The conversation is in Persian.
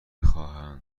خواهند